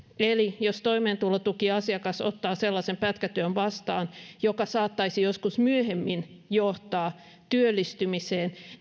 eli jos toimeentulotukiasiakas ottaa sellaisen pätkätyön vastaan joka saattaisi joskus myöhemmin johtaa työllistymiseen